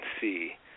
see